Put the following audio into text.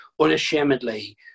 unashamedly